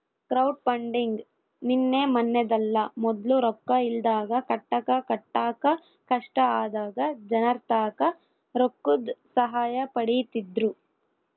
crowdfunding ನಿನ್ನೆ ಮನ್ನೆದಲ್ಲ, ಮೊದ್ಲು ರೊಕ್ಕ ಇಲ್ದಾಗ ಕಟ್ಟಡ ಕಟ್ಟಾಕ ಕಷ್ಟ ಆದಾಗ ಜನರ್ತಾಕ ರೊಕ್ಕುದ್ ಸಹಾಯ ಪಡೀತಿದ್ರು